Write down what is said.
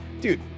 dude